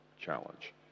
challenge